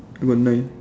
about nine